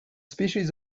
species